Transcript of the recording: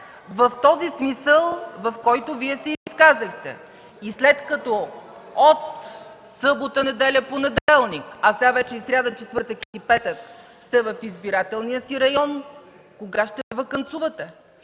в смисъла, в който Вие се изказахте. И след като от събота, в неделя, понеделник, а сега вече и в сряда, четвъртък и петък сте в избирателния си район, кога ще „ваканцувате”?